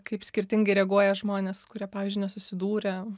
kaip skirtingai reaguoja žmonės kurie pavyzdžiui nesusidūrė